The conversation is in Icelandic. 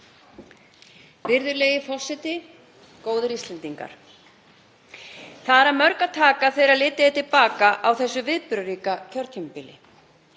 Virðulegi forseti. Góðir Íslendingar. Það er af mörgu að taka þegar litið er til baka á þessu viðburðaríka kjörtímabili.